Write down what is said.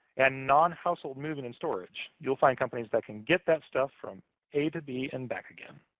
and non-household moving and storage. you'll find companies that can get that stuff from a to b and back again.